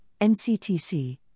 NCTC